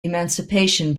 emancipation